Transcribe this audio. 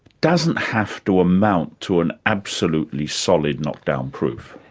doesn't have to amount to an absolutely solid, knock-down proof.